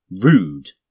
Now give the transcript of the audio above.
rude